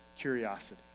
curiosity